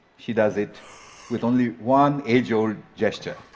she does it with only one age-old gesture.